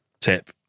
tip